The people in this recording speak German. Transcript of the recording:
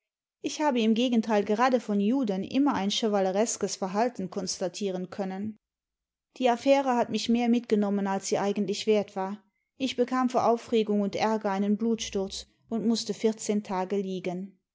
ich habe im gegenteil gerade von juden inmier ein chevalereskes verhalten konstatieren können die affäre hat mich mehr mitgenommen als sie eigentlich wert war ich bekam vor aufregimg und arger einen blutsturz und mußte vierzehn tage liegen